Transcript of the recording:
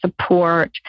support